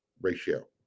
ratio